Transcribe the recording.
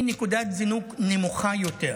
היא נקודת זינוק נמוכה יותר.